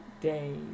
days